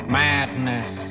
madness